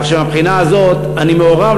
כך שמהבחינה הזאת אני מעורב,